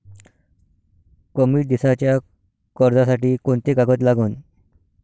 कमी दिसाच्या कर्जासाठी कोंते कागद लागन?